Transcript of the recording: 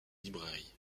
librairie